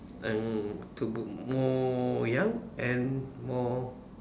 and to look more young and more